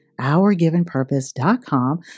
ourgivenpurpose.com